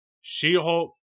She-Hulk